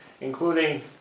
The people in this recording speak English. including